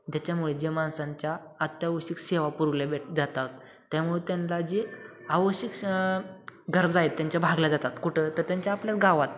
त्याच्यामुळे जे माणसांच्या अत्यावश्यक सेवा पुरवल्या भेट जातात त्यामुळे त्यांना जे आवश्यक गरजा आहेत त्यांच्या भागल्या जातात कुठं तर त्यांच्या आपल्या गावात